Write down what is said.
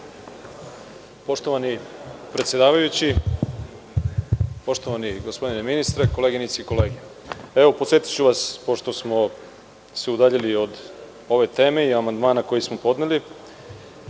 Poštovani predsedavajući, poštovani gospodine ministre, koleginice i kolege, podsetiću vas na amandman, pošto smo se udaljili od ove teme i amandmana koji smo podneli.